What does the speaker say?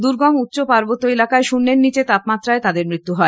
দুর্গম উচ্চ পার্বত্য এলাকায় শূন্যের নীচে তাপমাত্রায় তাদের মৃত্যু হয়